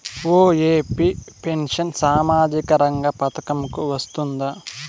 OAP pension సామాజిక రంగ పథకం కు వస్తుందా?